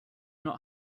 not